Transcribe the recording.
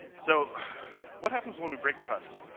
so what happens when we break trust?